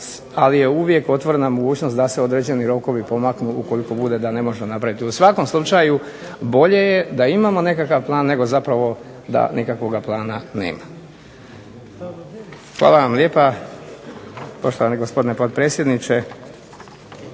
ali je uvijek otvorena mogućnost da se određeni rokovi pomaknu ukoliko bude da ne možemo napraviti. U svakom slučaju bolje je da imamo nekakav plan, nego zapravo da nikakvoga plana nema. Hvala vam lijepa, poštovani gospodine potpredsjedniče,